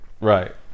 Right